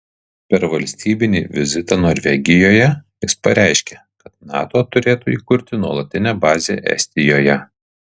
per valstybinį vizitą norvegijoje jis pareiškė kad nato turėtų įkurti nuolatinę bazę estijoje